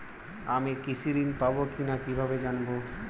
আমি কৃষি ঋণ পাবো কি না কিভাবে জানবো?